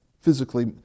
physically